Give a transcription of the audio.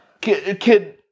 Kid